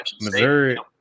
Missouri